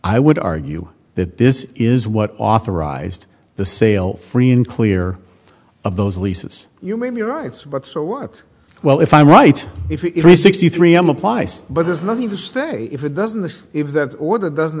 i would argue that this is what authorized the sale free and clear of those leases you may be right but so what well if i'm right if you're a sixty three m applies but there's nothing to say if it doesn't this if that order doesn't